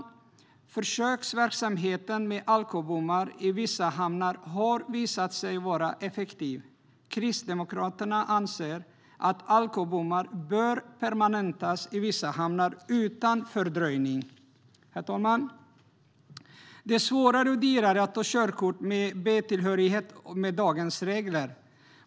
Försöksverksamheten med alkobommar i vissa hamnar har visat att alkobommar är effektiva. Kristdemokraterna anser att alkobommar utan fördröjning bör permanentas i vissa hamnar. Herr talman! Det är svårare och dyrare att ta körkort med B-behörighet med dagens regler.